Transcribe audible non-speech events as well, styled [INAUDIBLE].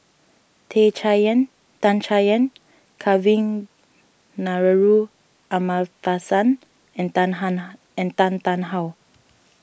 Tan Chay Yan Dan Chay Yan Kavignareru Amallathasan and Tan [UNINTELLIGIBLE] and Tan Tarn How